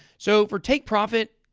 so, for take-profit,